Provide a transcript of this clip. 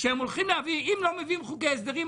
שהם הולכים להביא אם לא מביאים חוקי הסדרים,